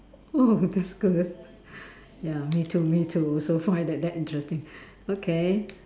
oh that's good ya me too me too also find that that interesting okay